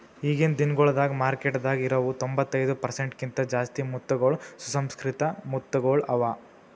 ಈಗಿನ್ ದಿನಗೊಳ್ದಾಗ್ ಮಾರ್ಕೆಟದಾಗ್ ಇರವು ತೊಂಬತ್ತೈದು ಪರ್ಸೆಂಟ್ ಕಿಂತ ಜಾಸ್ತಿ ಮುತ್ತಗೊಳ್ ಸುಸಂಸ್ಕೃತಿಕ ಮುತ್ತಗೊಳ್ ಅವಾ